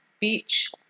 Beach